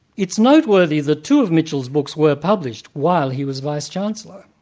it's noteworthy that two of mitchell's books were published while he was vice-chancellor.